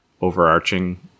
overarching